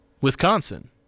Wisconsin